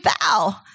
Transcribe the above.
bow